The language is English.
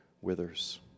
withers